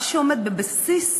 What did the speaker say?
מה שעומד בבסיס